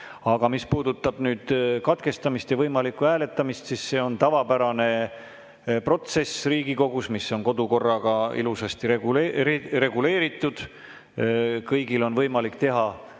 Aga mis puudutab nüüd katkestamist ja võimalikku hääletamist, siis see on Riigikogus tavapärane protsess, mis on kodukorraga ilusasti reguleeritud. Kõigil on võimalik teha